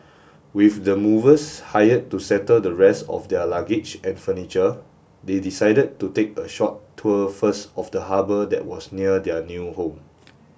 with the movers hired to settle the rest of their luggage and furniture they decided to take a short tour first of the harbour that was near their new home